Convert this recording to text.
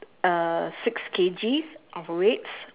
uh six K_G of weights